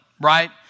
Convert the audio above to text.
right